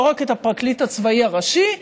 לא רק את הפרקליט הצבאי הראשי,